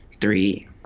three